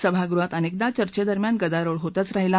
सभागृहात अनेकदा चर्चेदरम्यान गदारोळ होतच राहिला